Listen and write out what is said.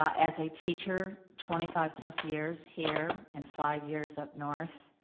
as a teacher, twenty five plus years here and five years up north,